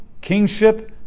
kingship